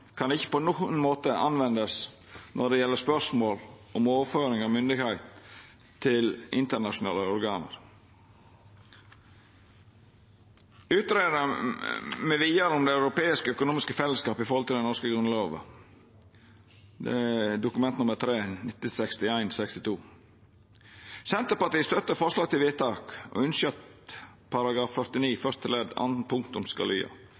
kan ikke på noen måte anvendes, når det gjelder spørsmålet om «overføring» av myndighet til internasjonale organer.» Det er frå «Utredninger m.v. om Det europeiske økonomiske felleskap i forhold til den norske Grunnlov», Dokument nr. 3 for 1961–1962. Senterpartiet støttar grunnlovsforslaget: «§ 49 første ledd annet punktum skal lyde: Delegering og